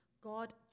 God